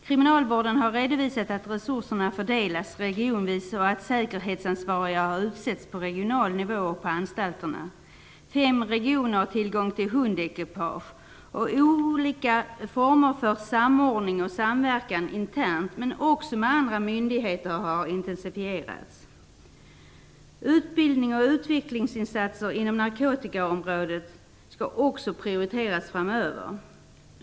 Kriminalvården har redovisat att resurserna fördelas regionvis och att säkerhetsansvariga har utsetts på regional nivå och på anstalterna. Fem regioner har tillgång till hundekipage, och olika former för samordning och samverkan internt, men också med andra myndigheter, har intensifierats. Utbildning och utvecklingsinsatser inom narkotikaområdet skall också prioriteras framöver.